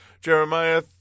Jeremiah